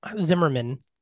Zimmerman